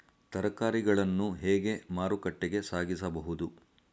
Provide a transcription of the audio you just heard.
ತರಕಾರಿಗಳನ್ನು ಹೇಗೆ ಮಾರುಕಟ್ಟೆಗೆ ಸಾಗಿಸಬಹುದು?